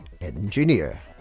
engineer